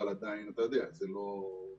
אבל זה עדיין לא התקבל.